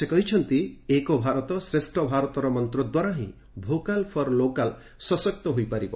ସେ କହିଛନ୍ତି ଏକ୍ ଭାରତ ଶ୍ରେଷ ଭାରତର ମନ୍ତ୍ର ଦ୍ୱାରା ର୍ହି ଭୋକାଲ୍ ଫର ଲୋକାଲ ସଶକ୍ତ ହୋଇପାରିବ